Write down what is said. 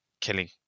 killing